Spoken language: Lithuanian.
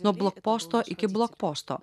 nuo blokposto iki blokposto